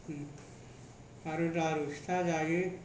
आरो लारु फिथा जायो